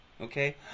okay